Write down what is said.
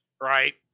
Right